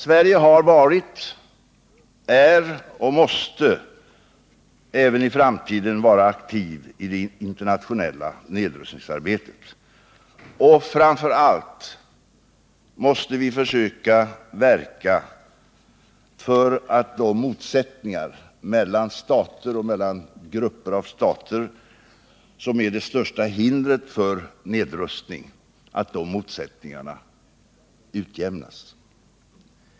Sverige har varit, är och måste även i framtiden vara aktiv i det internationella nedrustningsarbetet. Framför allt måste vi verka för att de motsättningar mellan stater och grupper av stater, som är det största hindret för nedrustning, utjämnas.